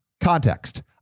context